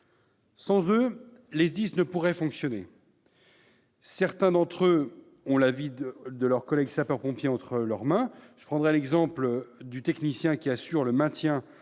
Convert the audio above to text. Sans eux, les SDIS ne pourraient pas fonctionner. Certains d'entre eux ont la vie de leurs collègues sapeurs-pompiers entre leurs mains : par exemple, le technicien qui assure le maintien